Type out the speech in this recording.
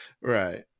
right